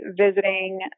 visiting